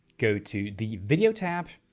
go to the video tab,